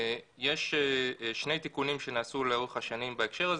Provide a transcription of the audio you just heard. יש שני תיקונים שנעשו לאורך השנים בהקשר הזה.